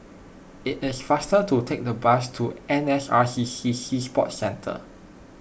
it is faster to take the bus to N S R C C Sea Sports Centre